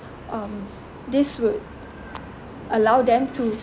um this would allow them to